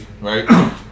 right